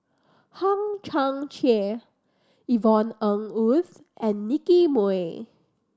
Hang Chang Chieh Yvonne Ng Uhde and Nicky Moey